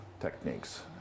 techniques